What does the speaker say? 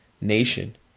nation